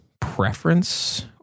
preference